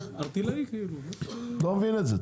לא מבין את זה.